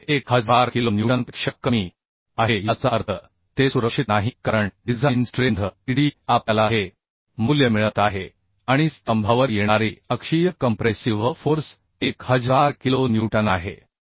आणि हे 1000 किलो न्यूटनपेक्षा कमीआहे याचा अर्थ ते सुरक्षित नाही कारण डिझाइन स्ट्रेंथ PDE आपल्याला हे मूल्य मिळत आहे आणि स्तंभावर येणारी अक्षीय कंप्रेसिव्ह फोर्स 1000 किलो न्यूटन आहे